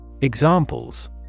Examples